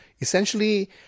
essentially